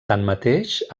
tanmateix